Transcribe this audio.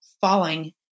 falling